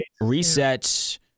reset